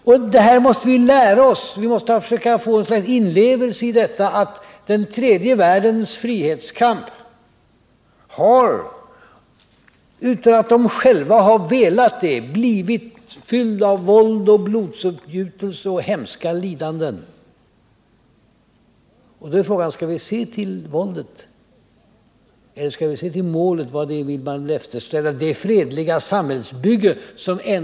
När det gäller den tredje världen måste vi lära oss och försöka leva oss in i att dess befrielsekamp, utan att de som för kampen själva har velat det, har blivit fylld av våld, blodsutgjutelse och hemska lidanden. Och då är frågan: Skall vi se till våldet eller skall vi se till det som ändå är målet för befrielserörelsernas kamp, nämligen det fredliga samhällsbyggandet?